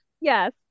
Yes